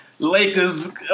Lakers